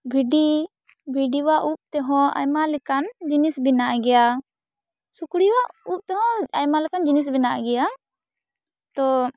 ᱵᱷᱤᱰᱤ ᱵᱷᱤᱰᱤᱭᱟᱜ ᱩᱵ ᱛᱮᱦᱚᱸ ᱟᱭᱢᱟ ᱞᱮᱠᱟᱱ ᱡᱤᱱᱤᱥ ᱵᱮᱱᱟᱜ ᱜᱮᱭᱟ ᱥᱩᱠᱨᱤᱭᱟᱜ ᱩᱵ ᱛᱮᱦᱚᱸ ᱟᱭᱢᱟ ᱞᱮᱠᱟᱱ ᱡᱤᱱᱤᱥ ᱵᱮᱱᱟᱜ ᱜᱮᱭᱟ ᱛᱚ